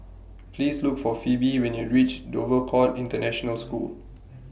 Please Look For Phebe when YOU REACH Dover Court International School